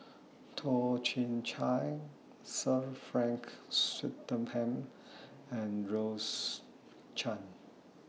Toh Chin Chye Sir Frank Swettenham and Rose Chan